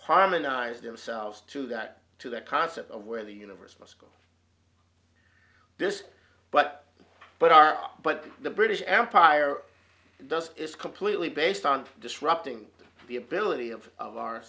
harmonize themselves to that to their concept of where the universe must go this but but are but the british empire does is completely based on disrupting the ability of of our